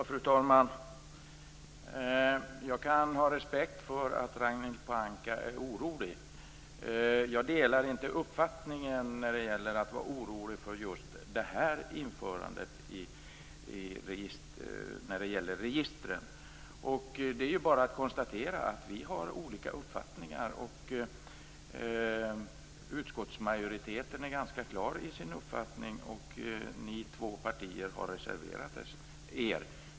Fru talman! Jag kan ha respekt för att Ragnhild Pohanka är orolig. Jag delar inte uppfattningen att man skall vara orolig för just det här införandet när det gäller registren. Det är bara att konstatera att vi har olika uppfattningar. Utskottsmajoriteten är ganska klar i sin uppfattning. Ni två partier har reserverat er.